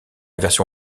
version